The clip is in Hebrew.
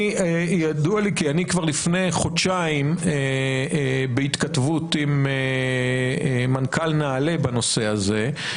ידוע לי כי אני כבר לפני חודשיים בהתכתבות עם מנכ"ל נעל"ה בנושא הזה,